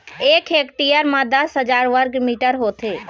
एक हेक्टेयर म दस हजार वर्ग मीटर होथे